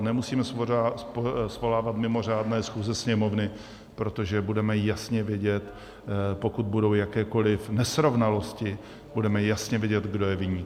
Nemusíme svolávat mimořádné schůze Sněmovny, protože budeme jasně vědět, pokud budou jakékoli nesrovnalosti, budeme jasně vědět, kdo je viník.